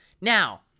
Now